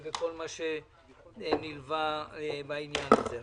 וכל מה שנלווה לעניין הזה.